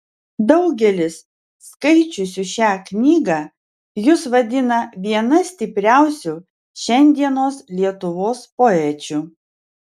daugelis skaičiusių šią knygą jus vadina viena stipriausių šiandienos lietuvos poečių